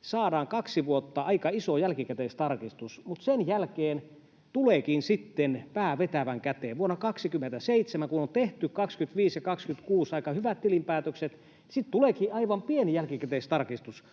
saadaan kaksi vuotta aika iso jälkikäteistarkistus, mutta sen jälkeen tuleekin sitten pää vetävän käteen. Vuonna 27, kun on tehty vuosina 25 ja 26 aika hyvät tilinpäätökset, tuleekin aivan pieni jälkikäteistarkistus.